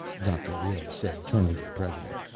dr. leoh said, turning to the president,